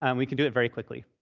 and we can do it very quickly.